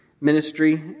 ministry